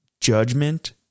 judgment